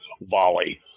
volley